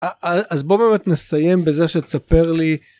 אז בואו באמת נסיים בזה שתספר לי